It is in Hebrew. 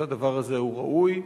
הוא ראוי.